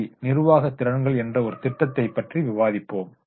D நிர்வாக திறன்கள் என்ற ஒரு திட்டத்தை பற்றி விவாதிப்போம்